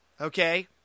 Okay